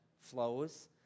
flows